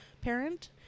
parent